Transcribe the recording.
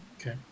Okay